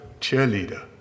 cheerleader